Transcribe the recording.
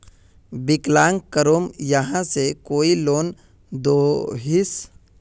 विकलांग कहुम यहाँ से कोई लोन दोहिस?